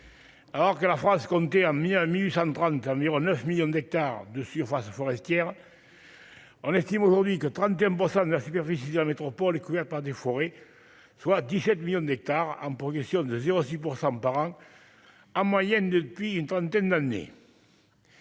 Alors que la France comptait à Miami où ça me drogue d'environ 9 millions d'hectares de surfaces forestières, on estime aujourd'hui que 31 bonsoir la superficie de la métropole est couvert par des forêts, soit 17 millions d'hectares en progression de 0 6 % par à moyenne depuis une trentaine d'années.